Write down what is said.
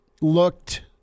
looked